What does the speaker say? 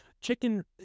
chicken